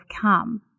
come